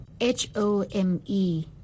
H-O-M-E